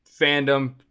fandom